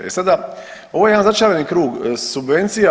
E sada, ovo je jedan začarani krug subvencija.